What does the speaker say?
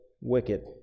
wicked